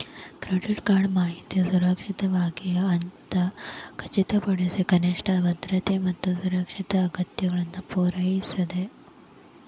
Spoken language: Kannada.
ಕ್ರೆಡಿಟ್ ಕಾರ್ಡ್ ಮಾಹಿತಿ ಸುರಕ್ಷಿತವಾಗ್ಯದ ಅಂತ ಖಚಿತಪಡಿಸಕ ಕನಿಷ್ಠ ಭದ್ರತೆ ಮತ್ತ ಸುರಕ್ಷತೆ ಅಗತ್ಯತೆಗಳನ್ನ ಪೂರೈಸ್ತದ